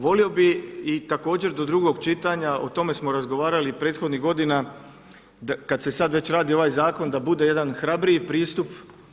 Volio bih i također do drugog čitanja, o tome smo razgovarali i prethodnih godina, kad se sad već radi ovaj Zakon da bude jedan hrabriji pristup.